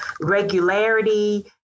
regularity